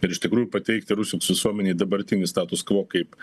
ir iš tikrųjų pateikti rusijos visuomenei dabartinį status kvo kaip